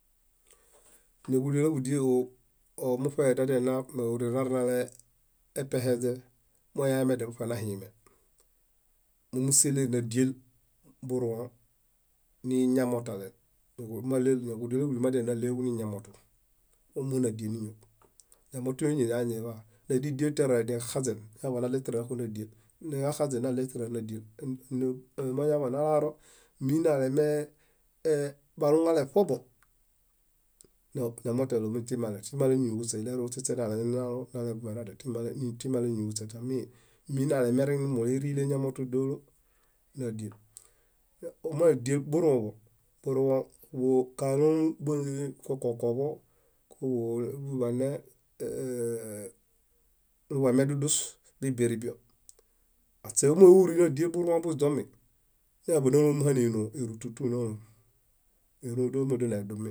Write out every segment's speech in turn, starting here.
. Yádielaḃudieo omuṗe nadiale órere narinale peheźe monañamedial muṗe nahime momusie nádiel buruõ niñamotale. Yádielabudel madiale náɭeġu niñamotu monadiemimo ñamotuñoñi ñilañiḃaa nádiedietare ñoxaźen nañaḃaɭetira naxunadiel niġaxaźen naɭetira nakunadiel mañaḃanalaro, minale baluŋale ṗobo ñamotale óñitimale timalerniñile níñihusa iɭeru tiśenaleñonalo, tami minalemereŋ moleriile ñamotu dólo. Omadiel burũḃo, burũḃo kálom kukokoḃo, banel niḃuemedudus bibirĩbio aśeomawuri nadiel burũo buźomi nañaḃinaloom énoo érutu tu naloe enodamadonerumi dulu nedumi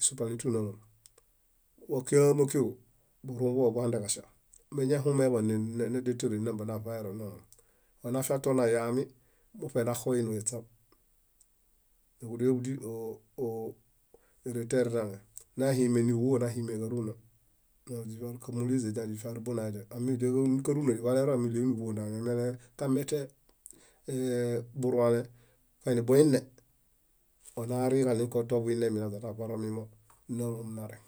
esupali tu naloe kókiamakiġo, burũḃuġo buxadeġaŝa meñahumeḃan nedial tóro nambie navaero. Onafiatonayaami muṗenaxo énoeśab. Yádielaḃudi órere toerinale nahime níɦuo nahime káruna nakámuliźe źifiarumonaledial amiɭekarua, adivalero niɭeniɦuo naleme kameten burũale kaini boyino onarii kaɭinko toḃuyinemi naźanaḃaro mĩmo nálom nareŋ.